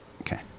Okay